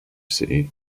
city